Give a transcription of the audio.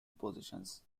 positions